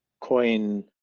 coin